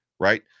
Right